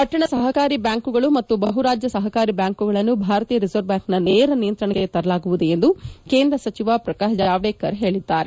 ಪಟ್ಟಣ ಸಹಕಾರಿ ಬ್ಯಾಂಕುಗಳು ಮತ್ತು ಬಹು ರಾಜ್ಯ ಸಹಕಾರಿ ಬ್ಯಾಂಕುಗಳನ್ನು ಭಾರತೀಯ ರಿಸರ್ವ್ ಬ್ಯಾಂಕ್ನ ನೇರ ನಿಯಂತ್ರಣಕ್ಕೆ ತರಲಾಗುವುದು ಎಂದು ಕೇಂದ್ರ ಸಚಿವ ಪ್ರಕಾಶ್ ಜಾವ್ಗೇಕರ್ ಹೇಳಿದ್ದಾರೆ